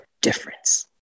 difference